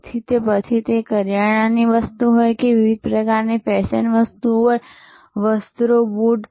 તેથી પછી તે કરિયાણાની વસ્તુઓ હોય કે વિવિધ પ્રકારની ફેશન વસ્તુઓ વસ્ત્રો બૂટ